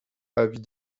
avis